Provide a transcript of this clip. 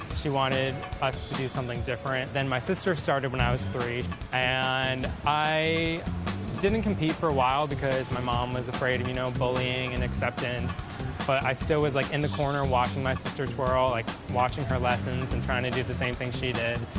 she wanted us do something different, then my sister started when i was three and i didn't compete for a while because my mom was afraid of you know bullying and acceptance but i still was like in the corner watching my sister twirl like watching her lessons and trying to do the same thing she did.